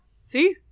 See